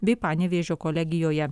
bei panevėžio kolegijoje